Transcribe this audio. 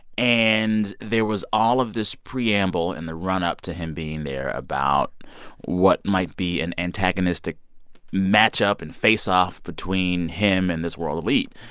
and there was all of this preamble in the run up to him being there about what might be an antagonistic match-up and faceoff between him and this world elite.